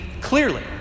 clearly